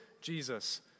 Jesus